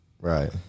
right